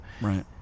right